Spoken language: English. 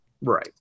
right